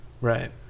right